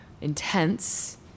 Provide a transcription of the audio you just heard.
intense